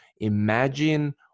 imagine